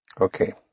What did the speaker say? Okay